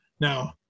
Now